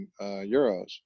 euros